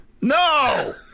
No